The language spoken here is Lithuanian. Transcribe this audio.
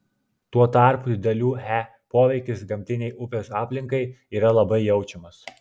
tuo tarpu didelių he poveikis gamtinei upės aplinkai yra labai jaučiamas